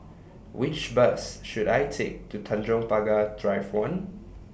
Which Bus should I Take to Tanjong Pagar Drive one